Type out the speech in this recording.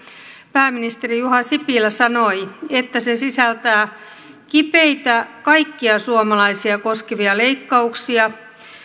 pääministeri juha sipilä sanoi että se sisältää kipeitä kaikkia suomalaisia koskevia leikkauksia